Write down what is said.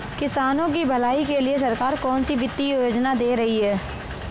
किसानों की भलाई के लिए सरकार कौनसी वित्तीय योजना दे रही है?